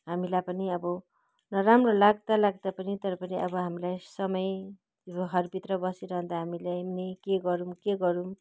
हामीलाई पनि अब नराम्रो लाग्दा लाग्दै पनि तर पनि अब हामी हामीलाई समय र घरभित्र बसिरहँदा हामीलाई नै के गरौँ के गरौँ